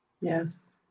Yes